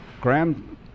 Graham